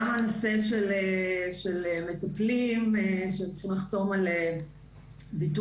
גם הנושא של מטפלים שצריכים לחתום על ויתור